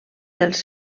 dels